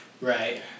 Right